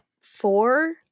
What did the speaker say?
four